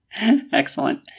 Excellent